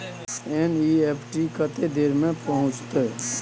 NEFT कत्ते देर में पहुंचतै?